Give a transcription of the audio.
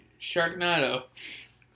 Sharknado